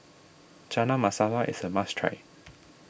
Chana Masala is a must try